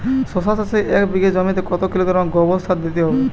শশা চাষে এক বিঘে জমিতে কত কিলোগ্রাম গোমোর সার দিতে হয়?